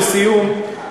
לסיום,